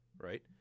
right